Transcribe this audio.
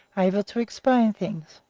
able to explain things.